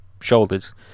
shoulders